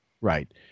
Right